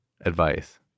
advice